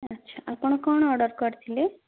ଆଚ୍ଛା ଆପଣ କ'ଣ ଅର୍ଡର୍ କରିଥିଲେ